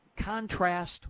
Contrast